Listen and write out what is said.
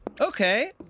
Okay